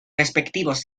respectivos